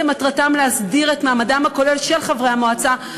מטרתן בעצם להסדיר את מעמדם הכולל של חברי המועצה,